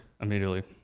Immediately